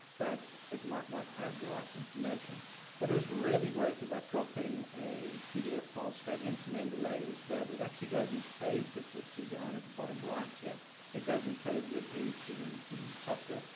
but it might not have the right information what is really great about dropping a pdf file straight into mendeley is that it actually goes and saves that you'll see down at the bottom right here yeah it goes and saves it into the software.